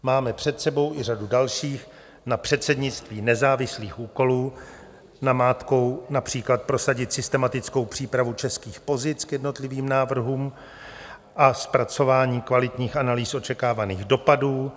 Máme před sebou i řadu dalších, na předsednictví nezávislých úkolů, namátkou například prosadit systematickou přípravu českých pozic k jednotlivým návrhům a zpracování kvalitních analýz očekávaných dopadů.